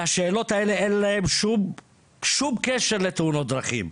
השאלות האלה, אין להן שום קשר לתאונות דרכים.